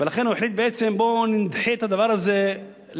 ולכן הוא החליט בעצם: בואו נדחה את הדבר הזה לעתיד.